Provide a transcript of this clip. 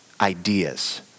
Ideas